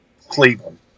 Cleveland